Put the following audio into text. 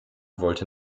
wollte